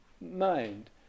mind